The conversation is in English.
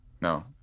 no